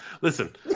listen